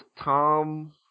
Tom